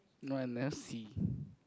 not unless he